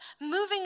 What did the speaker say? moving